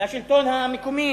לשלטון המקומי,